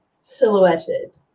silhouetted